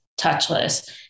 touchless